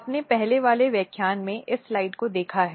आपने पहले वाले व्याख्यान में इस स्लाइड को देखा है